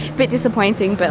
bit disappointing, but